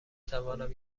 توانم